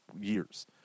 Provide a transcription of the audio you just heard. years